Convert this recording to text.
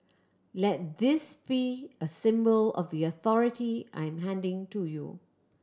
let this be a symbol of the authority I'm handing to you